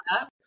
up